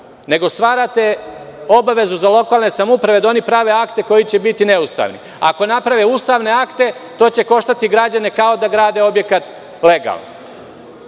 nego stvarate obavezu za lokalne samouprave da oni prave akte koji će biti neustavni. Ako naprave ustavne akte, to će koštati građane kao da grade objekat legalno.